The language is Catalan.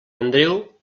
andreu